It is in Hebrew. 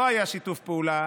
לא היה שיתוף פעולה.